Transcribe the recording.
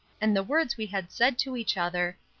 and the words we had said to each other,